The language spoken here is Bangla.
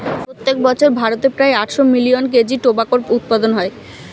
প্রত্যেক বছর ভারতে প্রায় আটশো মিলিয়ন কেজি টোবাকোর উৎপাদন হয়